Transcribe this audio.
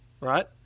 right